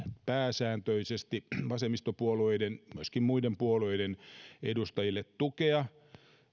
pääsääntöisesti vasemmistopuolueiden myöskin muiden puolueiden edustajille tukea